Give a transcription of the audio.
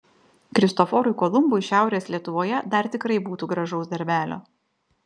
kristoforui kolumbui šiaurės lietuvoje dar tikrai būtų gražaus darbelio